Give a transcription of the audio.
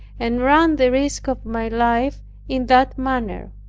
and run the risk of my life in that manner.